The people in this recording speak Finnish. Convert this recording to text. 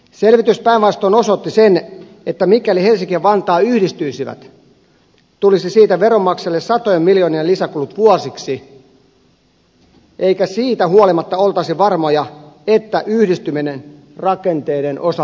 selvitys päinvastoin osoitti sen että mikäli helsinki ja vantaa yhdistyisivät tulisi siitä veronmaksajille satojen miljoonien lisäkulut vuosiksi eikä siitä huolimatta oltaisi varmoja että yhdistyminen rakenteiden osalta onnistuisi